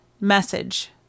message